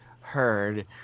heard